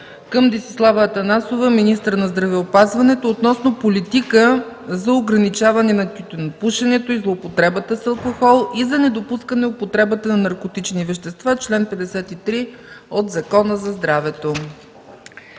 към Десислава Атанасова – министър на здравеопазването, относно политиката за ограничаване на тютюнопушенето и злоупотребата с алкохол и за недопускане на употребата на наркотични вещества, чл. 53 от Закона за здравето.